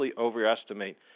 overestimate